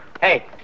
Hey